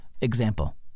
example